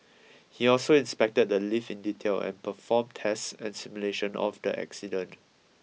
he also inspected the lift in detail and performed tests and simulations of the accident